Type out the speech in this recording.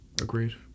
Agreed